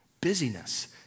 Busyness